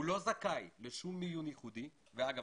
הוא לא זכאי למיון ייחודי ואגב,